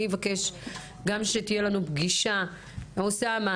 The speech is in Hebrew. אני אבקש גם שתהיה לנו פגישה - אוסאמה,